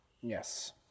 Yes